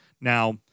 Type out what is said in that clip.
Now